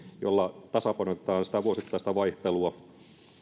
jolla tasapainotetaan vuosittaista vaihtelua